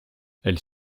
elle